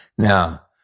now,